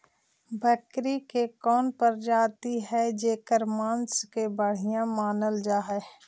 बकरी के कौन प्रजाति हई जेकर मांस के बढ़िया मानल जा हई?